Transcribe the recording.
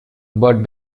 but